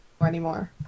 anymore